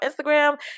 Instagram